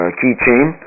keychain